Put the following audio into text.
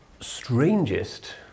strangest